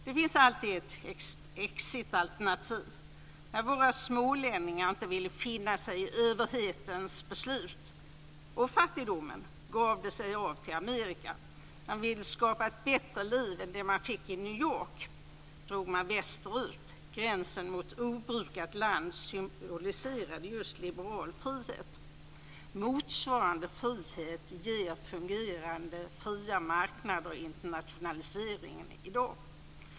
Det finns alltid ett exitalternativ. När våra smålänningar inte ville finna sig i överhetens beslut och fattigdomen, gav de sig av till Amerika. När man ville skapa sig ett bättre liv än det man fick i New York drog man västerut - gränsen mot obrukat land symboliserade just liberal frihet. Motsvarande frihet ger fungerande fria marknader och internationaliseringen i dag.